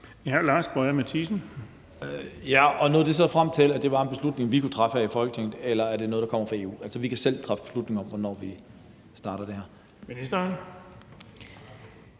Førte det her så frem til, at det er en beslutning, vi kan træffe her i Folketinget, eller er det noget, der kommer fra EU? Altså, kan vi selv træffe beslutning om, hvornår vi starter det her?